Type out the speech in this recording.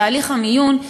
תהליך המיון,